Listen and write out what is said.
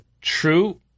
true